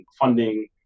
funding